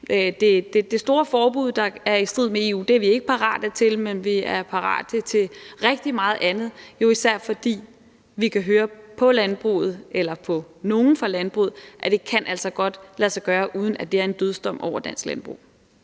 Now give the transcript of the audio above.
det store forbud, der er i strid med EU, er vi ikke parate til at indføre, men vi er parate til rigtig meget andet, især fordi vi kan høre på nogle fra landbruget, at det altså godt kan lade sig gøre, uden at det er en dødsdom over landbruget.